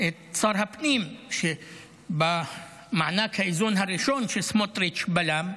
את שר הפנים, שבמענק האיזון הראשון שסמוטריץ' בלם,